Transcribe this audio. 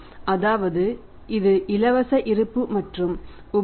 அதாவது இது இலவச இருப்பு மற்றும் உபரி